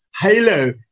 halo